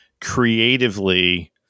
creatively